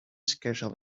schedule